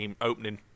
opening